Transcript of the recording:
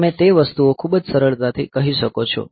તમે તે વસ્તુઓ ખૂબ જ સરળતાથી કહી શકો છો